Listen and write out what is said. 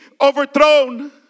overthrown